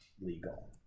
legal